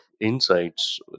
insights